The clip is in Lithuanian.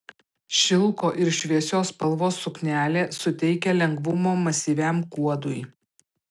šilko ir šviesios spalvos suknelė suteikia lengvumo masyviam kuodui